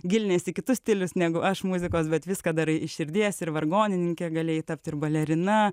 giliniesi į kitus stilius negu aš muzikos bet viską darai iš širdies ir vargonininke galėjai tapti ir balerina